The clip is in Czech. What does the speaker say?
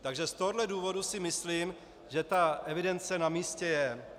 Takže z tohoto důvodu si myslím, že ta evidence namístě je.